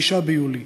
5 ביולי,